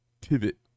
pivot